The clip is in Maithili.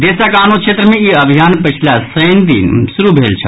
देशक आनो क्षेत्र मे ई अभियान पछिला शनि दिन शुरू भेल छल